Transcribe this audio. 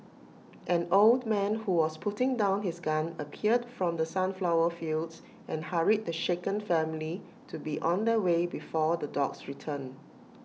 an old man who was putting down his gun appeared from the sunflower fields and hurried the shaken family to be on their way before the dogs return